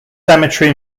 cemetery